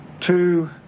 two